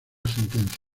sentencia